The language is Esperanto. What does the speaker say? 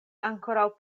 ankoraŭ